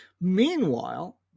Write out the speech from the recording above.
Meanwhile